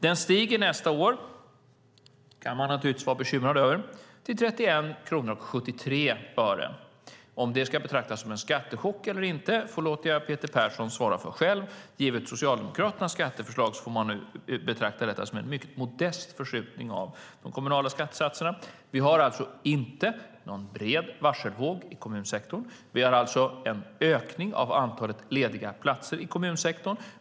Den stiger nästa år - det kan man naturligtvis vara bekymrad över - till 31:73 kronor. Om det ska betraktas som en skattechock eller inte låter jag Peter Persson svara på själv. Givet Socialdemokraternas skatteförslag får man nog betrakta detta som en mycket modest förskjutning av de kommunala skattesatserna. Vi har alltså inte någon bred varselvåg i kommunsektorn. Vi har alltså en ökning av antalet lediga platser i kommunsektorn.